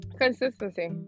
Consistency